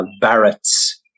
Barrett's